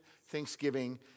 thanksgiving